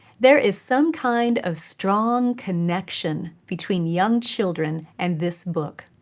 there is some kind of strong connection between young children and this book.